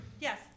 Yes